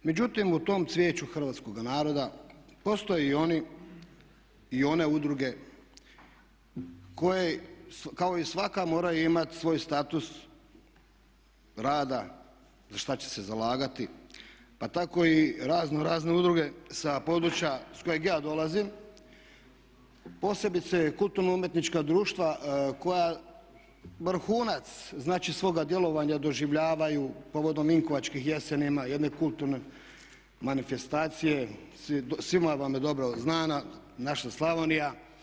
Međutim, u tom cvijeću hrvatskoga naroda postoje i oni i one udruge koje kao i svaka moraju imati svoj status rada za što će se zalagati pa tako i raznorazne udruge s područja s kojeg ja dolazim, posebice kulturno-umjetnička društva koja vrhunac znači svoga djelovanja doživljavaju povodom Vinkovačkih jeseni, jedne kulturne manifestacije svima vama dobro znane, naše Slavonije.